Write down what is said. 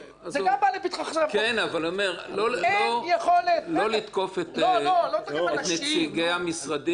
לא לתקוף את נציגי המשרדים.